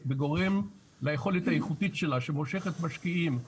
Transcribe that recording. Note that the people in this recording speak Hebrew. וגורם ליכולת האיכותית שלה שמושכת משקיעים,